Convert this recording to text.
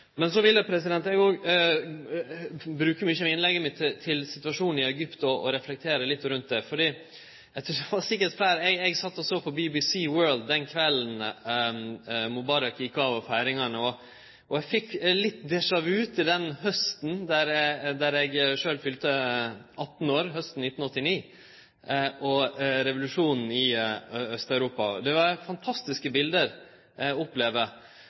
Eg vil bruke mykje av innlegget mitt til å reflektere litt rundt situasjonen i Egypt. Eg sat og såg på BBC World den kvelden Mubarak gjekk av, og såg på feiringane. Eg fekk litt déjà vu-kjensle til den hausten då eg sjølv fylte 18 år – hausten 1989 – og revolusjonen i Aust-Europa. Det var fantastiske bilete, opplever eg.